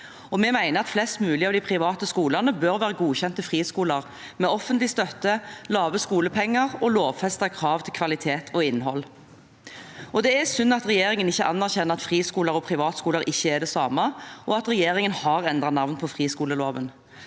Vi mener at flest mulig av de private skolene bør være godkjente friskoler med offentlig støtte, lave skolepenger og lovfestet krav til kvalitet og innhold. Det er synd at regjeringen ikke anerkjenner at friskoler og privatskoler ikke er det samme, og at regjeringen har endret navn på friskoleloven,